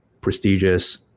prestigious